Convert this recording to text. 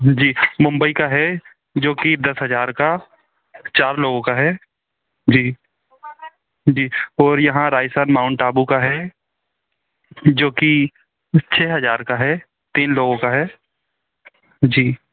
जी मुंबई का है जो कि दस हज़ार का चार लोगों का है जी जी और यहाँ राजस्थान माउंट आबू का है जो कि छः हज़ार का है तीन लोगों का है जी